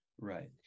Right